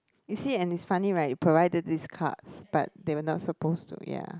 you see and it's funny right you provide them this card but they're not supposed to ya